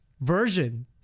version